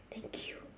thank you